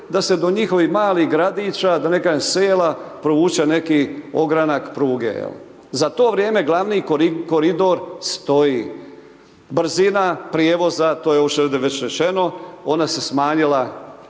da se do njihovih malih gradića da ne kažem sela provuče neki ogranak pruge. Za to vrijeme glavni koridor stoji. Brzina prijevoza to je ovdje već rečeno ona se smanjila